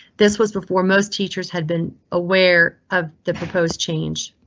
this was before most teachers had been aware of the proposed change,